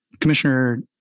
Commissioner